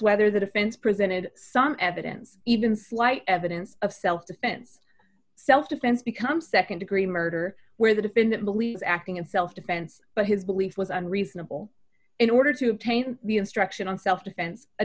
whether the defense presented some evidence even slight evidence of self defense self defense become nd degree murder where the defendant believes acting in self defense but his belief was unreasonable in order to obtain the instruction on self defense